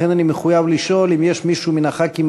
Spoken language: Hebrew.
לכן אני מחויב לשאול אם יש מישהו מן הח"כים